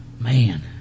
man